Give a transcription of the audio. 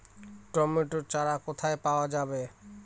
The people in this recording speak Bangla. টমেটো চারা কোথায় পাওয়া যাবে?